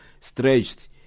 stretched